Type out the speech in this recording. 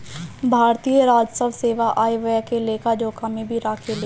भारतीय राजस्व सेवा आय व्यय के लेखा जोखा भी राखेले